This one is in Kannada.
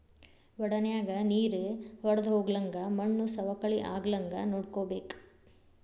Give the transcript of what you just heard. ವಡನ್ಯಾಗ ನೇರ ವಡ್ದಹೊಗ್ಲಂಗ ಮಣ್ಣು ಸವಕಳಿ ಆಗ್ಲಂಗ ನೋಡ್ಕೋಬೇಕ